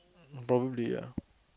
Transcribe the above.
probably ya